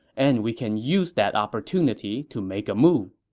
and we can use that opportunity to make a move.